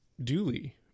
duly